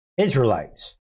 Israelites